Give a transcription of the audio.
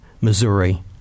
Missouri